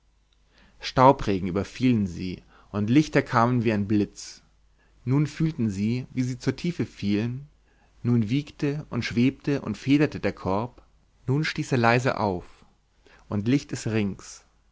staubregen überfielen sie und lichter kamen wie ein blitz nun fühlten sie wie sie zur tiefe fielen nun wiegte und schwebte und federte der korb nun stieß er leise auf und licht ist rings